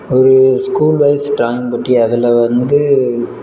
ஒரு school wise drawing போட்டி அதில் வந்து